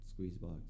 Squeezebox